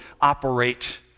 operate